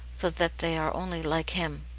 so that they are only like him.